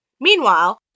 Meanwhile